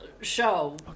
show